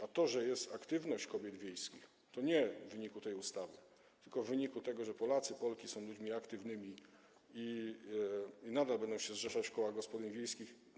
A to, że jest aktywność kobiet wiejskich, to nie w wyniku tej ustawy, tylko w wyniku tego, że Polacy, Polki są ludźmi aktywnymi i nadal będą się zrzeszać w kołach gospodyń wiejskich.